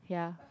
ya